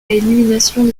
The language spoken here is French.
élimination